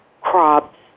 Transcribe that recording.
crops